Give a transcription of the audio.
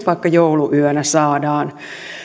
vaikka jouluyönä saadaan